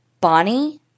Bonnie